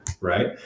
right